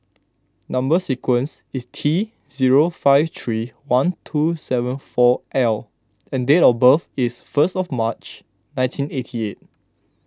Number Sequence is T zero five three one two seven four L and date of birth is first of March nineteen eighty eight